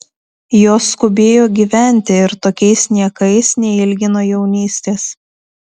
jos skubėjo gyventi ir tokiais niekais neilgino jaunystės